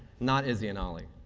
not izzy and ollie.